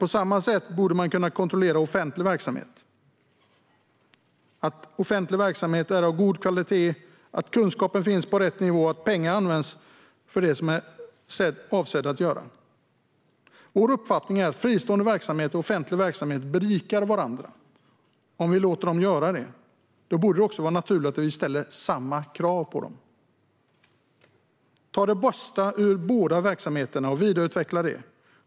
På samma sätt borde man kunna kontrollera att offentlig verksamhet är av god kvalitet, att kunskapen finns på rätt nivå och att pengarna används som det är avsett. Vår uppfattning är att fristående verksamhet och offentlig verksamhet berikar varandra om vi låter dem göra det. Då borde det också vara naturligt att vi ställer samma krav på dem. Vi ska ta det bästa ur båda verksamheterna och vidareutveckla det.